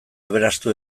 aberastu